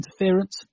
interference